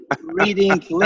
reading